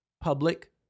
Public